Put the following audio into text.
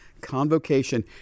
convocation